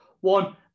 one